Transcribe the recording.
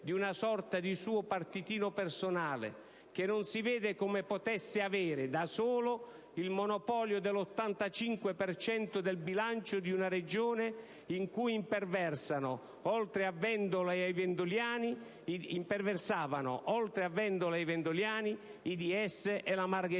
di una sorta di suo partitino personale che non si vede come potesse avere da solo il monopolio dell'85 per cento del bilancio di una Regione in cui imperversavano, oltre a Vendola e ai vendoliani, i DS e la Margherita,